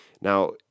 Now